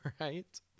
Right